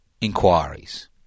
inquiries